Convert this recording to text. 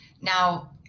Now